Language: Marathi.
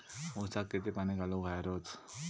ऊसाक किती पाणी घालूक व्हया रोज?